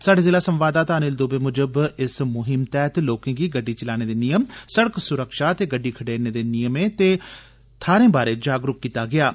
साढ़े जिला संवाददाता अनिल दूबे मुजब इस मुहीम तैहत लोकें गी गड्डी चलाने दे नियम सड़क सुरक्षा ते गड्डी खडेरने दे नियमें ते थाहरें बारै जागरुक बी कीता जारदा ऐ